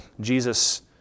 Jesus